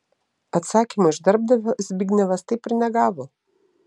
atsakymo iš darbdavio zbignevas taip ir negavo